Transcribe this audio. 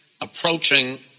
approaching